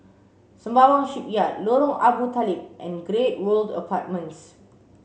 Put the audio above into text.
Sembawang Shipyard Lorong Abu Talib and Great World Apartments